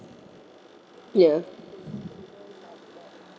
ya